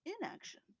inaction